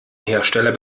hersteller